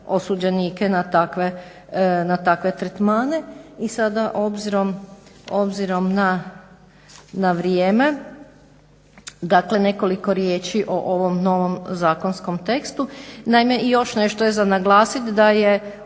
osuđenike na takve tretmane. I sada obzirom na vrijeme dakle nekoliko riječi o ovom novom zakonskom tekstu. Naime i još nešto je za naglasit, da je